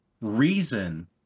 reason